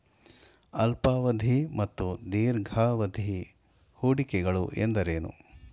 ಅಲ್ಪಾವಧಿ ಮತ್ತು ದೀರ್ಘಾವಧಿ ಹೂಡಿಕೆಗಳು ಎಂದರೇನು?